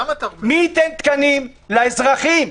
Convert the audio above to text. מי ייתן תקנים לאזרחים?